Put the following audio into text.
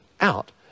out